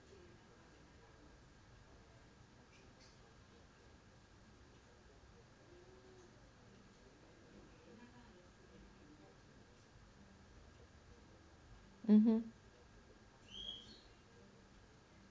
mmhmm